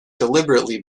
deliberately